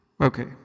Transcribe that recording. okay